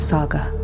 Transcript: Saga